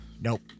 Nope